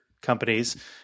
companies